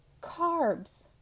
Carbs